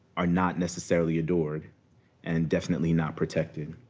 are not necessarily adored and definitely not protected.